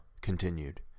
Continued